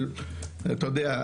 אתה יודע,